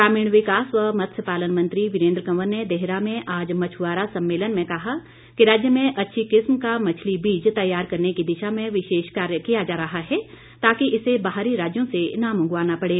ग्रामीण विकास व मत्स्य पालन मंत्री वीरेन्द्र कंवर ने देहरा में आज मछआरा सम्मेलन में कहा कि राज्य में अच्छी किस्म का मछली बीज तैयार करने की दिशा में विशेष कार्य किया जा रहा है ताकि इसे बाहरी राज्यों से न मंगवाना पड़े